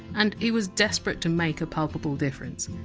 and he was desperate to make a palpable difference.